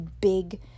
big